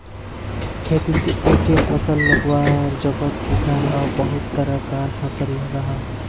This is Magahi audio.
खेतित एके फसल लगवार जोगोत किसान अब बहुत तरह कार फसल लगाहा